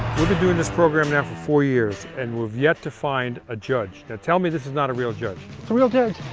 we've been doing this program now for four years and we've yet to find a judge. tell me this is not a real judge. it's a real judge.